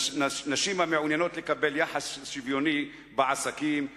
נשים המעוניינות לקבל יחס שוויוני בעסקים,